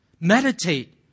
meditate